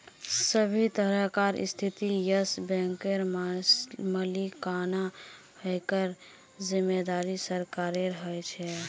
सभी तरहकार स्थितित येस बैंकेर मालिकाना हकेर जिम्मेदारी सरकारेर ह छे